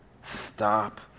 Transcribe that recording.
Stop